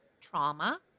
trauma